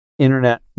internet